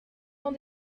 dans